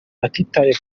batitaye